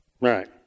right